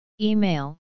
Email